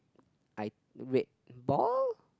I red ball